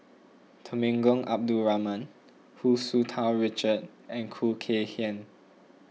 Temenggong Abdul Rahman Hu Tsu Tau Richard and Khoo Kay Hian